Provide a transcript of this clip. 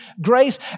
grace